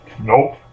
Nope